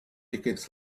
tickets